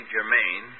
Germain